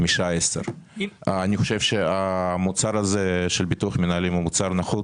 משעה 10:00. אני חושב שהמוצר הזה של ביטוח מנהלים הוא מוצר נחות.